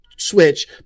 Switch